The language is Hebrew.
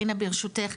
רינה ברשותך,